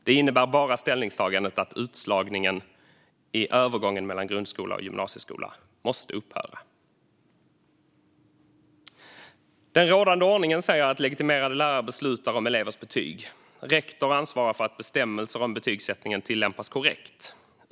Det innebär bara ställningstagandet att utslagningen i övergången mellan grundskola och gymnasieskola måste upphöra. Den rådande ordningen säger att legitimerade lärare beslutar om elevers betyg. Rektor ansvarar för att bestämmelser om betygssättning tillämpas korrekt.